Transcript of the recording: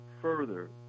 further